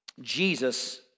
Jesus